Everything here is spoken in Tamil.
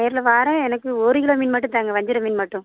நேரில் வாரேன் எனக்கு ஒரு கிலோ மீன் மட்டும் தாங்க வஞ்சிரம் மீன் மட்டும்